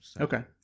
okay